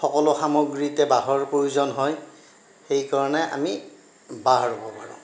সকলো সামগ্ৰীতে বাঁহৰ প্ৰয়োজন হয় সেই কাৰণে আমি বাঁহ ৰোৱ পাৰোঁ